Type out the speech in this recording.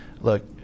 Look